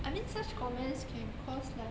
I mean such comments can cause like